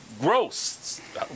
Gross